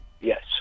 yes